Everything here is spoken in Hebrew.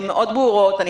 הן ברורות מאוד.